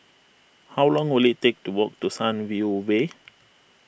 how long will it take to walk to Sunview Way